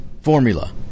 formula